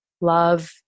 love